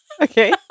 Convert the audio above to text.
Okay